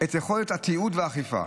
את יכולת התיעוד והאכיפה,